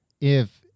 if-